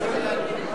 (חבר הכנסת נסים זאב יוצא מאולם המליאה.)